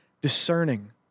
discerning